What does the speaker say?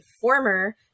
former